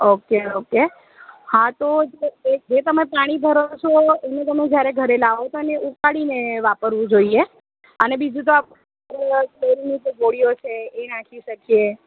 okay okay હા તો જે જે જે તમે પાણી ભરો છો એને તમે જ્યારે ઘરે લાવો છો એને ઉકાળીને વાપરવું જોઈએ અને બીજું તો આપણે ક્લોરિનની જે ગોળીઓ છે એ નાખી શકીએ